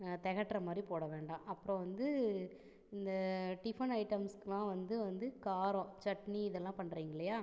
தெகட்டுற மாதிரி போட வேண்டாம் அப்புறம் வந்து இந்த டிஃபன் ஐட்டம்ஸ்க்லாம் வந்து வந்து காரம் சட்னி இதெல்லாம் பண்ணுறீங்க இல்லையா